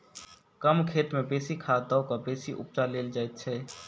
कम खेत मे बेसी खाद द क बेसी उपजा लेल जाइत छै